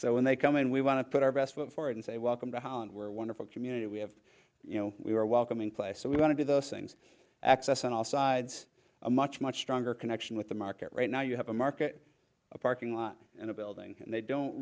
so when they come in we want to put our best foot forward and say welcome to holland we're wonderful community we have you know we were welcoming place so we want to do those things access on all sides a much much stronger connection with the market right now you have a market a parking lot and a building and they don't